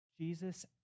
Jesus